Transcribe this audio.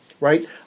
right